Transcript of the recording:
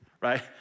Right